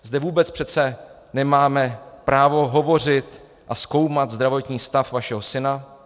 Zde vůbec přece nemáme právo hovořit a zkoumat zdravotní stav vašeho syna.